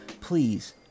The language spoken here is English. Please